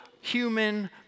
human